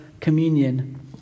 communion